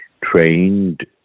trained